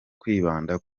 kwibanda